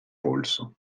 polso